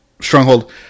Stronghold